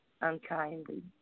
unkindly